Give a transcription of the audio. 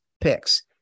picks